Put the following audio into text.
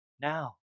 now